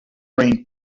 brain